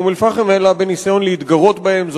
אום-אל-פחם אלא בניסיון להתגרות בהם.